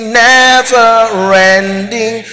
never-ending